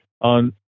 on